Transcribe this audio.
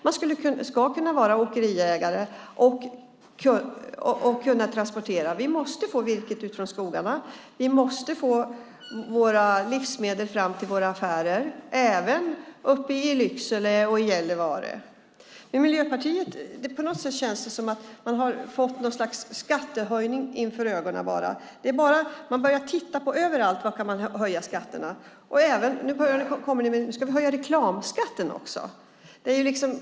Man ska kunna vara åkeriägare, och man ska kunna transportera. Vi måste få virket ut från skogarna, och vi måste få våra livsmedel fram till affärerna - även uppe i Lycksele och Gällivare. På något sätt känns det som att ni i Miljöpartiet bara har fått något slags skattehöjning för ögonen. Ni börjar titta överallt på var man kan höja skatterna, och nu kommer ni även med att vi ska höja reklamskatten också.